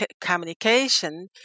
communication